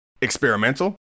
experimental